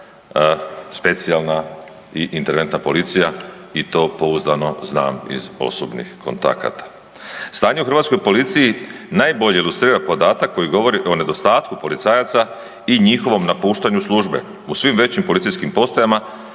specijalna i interventna policija i to pouzdano znam iz osobnih kontakata. Stanje u hrvatskoj policiji najbolje ilustrira podatak koji govori o nedostatku policajaca i njihovom napuštanju službe. U svim većim policijskim postajama